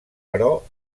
però